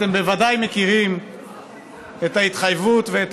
אתם בוודאי מכירים את ההתחייבות ואת